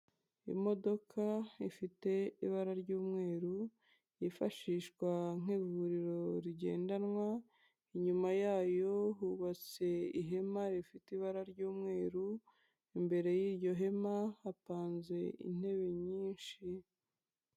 Imodoka ifite ibara ry'umweru yifashishwa nk'ivuriro rigendanwa, inyuma yayo hubatse ihema rifite ibara ry'umweru, imbere y'iryo hema hapanze intebe nyinshi.